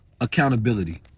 accountability